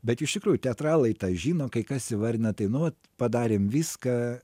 bet iš tikrųjų teatralai tą žino kai kas įvardina tai nu vat padarėm viską